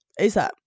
ASAP